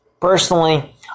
personally